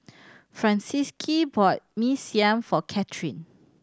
Francisqui bought Mee Siam for Katherine